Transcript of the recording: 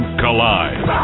collide